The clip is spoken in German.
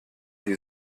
die